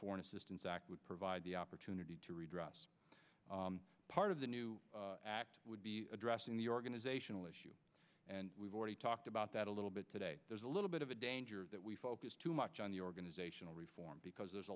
foreign assistance act would provide the opportunity to redress part of the new act would be addressing the organizational issue and we've already talked about that a little bit today there's a little bit of a danger that we focus too much on the organizational reform because there's a